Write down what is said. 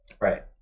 Right